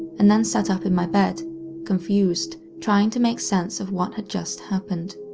and then sat up in my bed confused, trying to make sense of what had just happened.